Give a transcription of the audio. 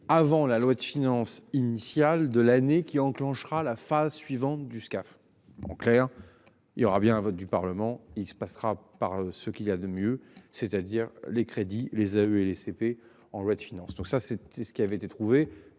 avant la loi de finances initiale de l'année qui enclenchera la phase suivante du SCAF. En clair, il y aura bien un vote du parlement, il se passera par ce qu'il y a de mieux. C'est-à-dire les crédits les abus et les CP en loi de finances. Donc ça c'était ce qui avait été trouvé.